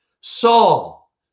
Saul